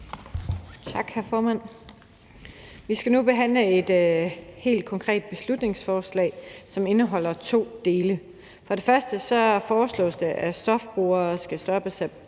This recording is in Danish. Tak, hr. formand. Vi skal nu behandle et beslutningsforslag, som indeholder to dele. For det første foreslås det, af stofbrugere, der stoppes